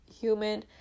human